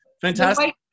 fantastic